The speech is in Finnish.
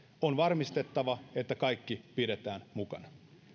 on varmistettava että kaikki pidetään mukana